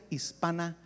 Hispana